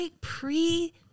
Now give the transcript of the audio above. pre